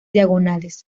diagonales